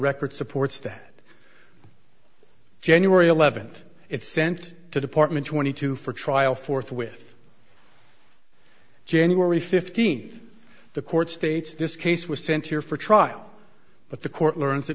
record supports that january eleventh it sent to department twenty two for trial forthwith january fifteenth the court states this case was sent here for trial but the court learns that